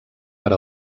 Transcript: per